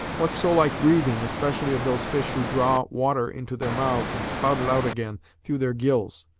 what so like breathing, especially of those fish who draw water into their mouths and spout it out again through their gills,